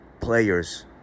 players